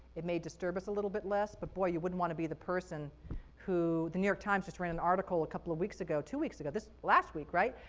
it may disturb us a little bit less, but boy, you wouldn't want to be the person who. the new york times just ran an article a couple of weeks ago, two weeks ago, this last week, right?